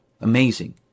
Amazing